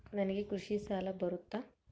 ನನಗೆ ಕೃಷಿ ಸಾಲ ಬರುತ್ತಾ?